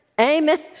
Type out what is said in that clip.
Amen